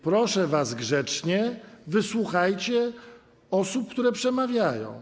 Proszę was grzecznie: wysłuchajcie osób, które przemawiają.